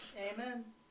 Amen